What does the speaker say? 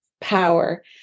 power